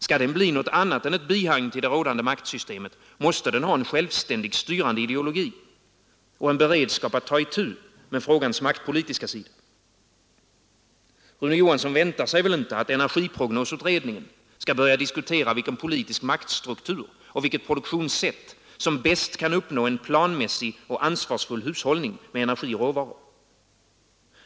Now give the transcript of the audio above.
Skall den bli något annat än ett bihang till det rådande maktsystemet måste den ha en självständig, styrande ideologi och en beredskap att ta itu med frågans maktpolitiska sida. Rune Johansson väntar sig väl inte att energiprognosutredningen skall börja diskutera vilken politisk maktstruktur och vilket produktionssätt som bäst kan uppnå en planmässig och ansvarsfull hushållning med energi och råvaror?